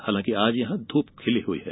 हालांकि आज यहां धूप खिली हुई है